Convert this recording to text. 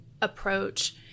approach